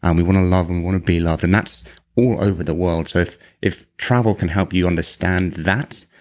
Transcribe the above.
and we want to love and want to be loved, and that's all over the world. so if if travel can help you understand that,